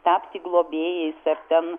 tapti globėjais ar ten